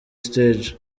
stage